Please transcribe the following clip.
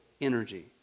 energy